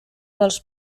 dels